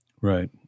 Right